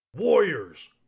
Warriors